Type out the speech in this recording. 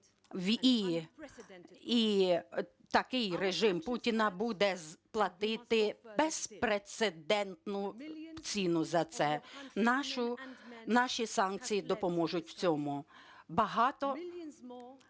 і такий режим Путіна буде платити безпрецедентну ціну за це, наші санкції допоможуть в цьому.